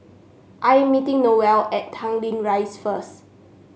I am meeting Noelle at Tanglin Rise first